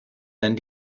nennen